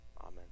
Amen